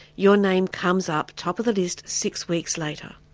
your name comes up top of the list six weeks later.